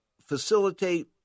facilitate